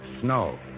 Snow